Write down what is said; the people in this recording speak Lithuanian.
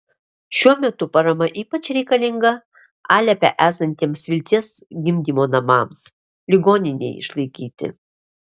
šiuo metu parama ypač reikalinga alepe esantiems vilties gimdymo namams ligoninei išlaikyti